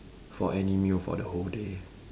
for any meal for the whole day